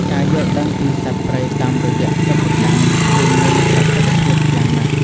ការយល់ដឹងពីសត្វព្រៃតាមរយៈសិប្បកម្ម គឺមានប្រសិទ្ធភាពខ្លាំងណាស់។